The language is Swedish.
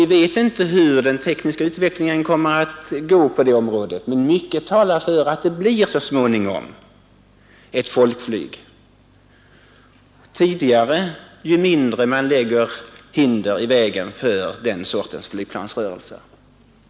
Vi vet inte hur den tekniska utvecklingen kommer att gå på det området, men mycket talar för att vi så småningom får ett folkflyg, tidigare ju mindre man lägger hinder i vägen för den sortens flygplanrörelser.